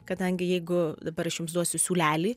kadangi jeigu dabar aš jums duosiu siūlelį